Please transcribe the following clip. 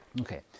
Okay